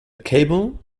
cable